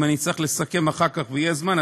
אם אני אצטרך לסכם אחר כך ויהיה זמן,